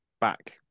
back